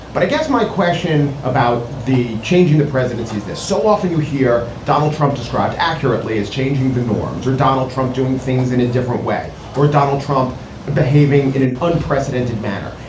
but i guess my question about the changing the presidency is this. so often you hear donald trump described accurately as changing the norms. are donald trump doing things in a different way or donald trump behaving in an unprecedented manner?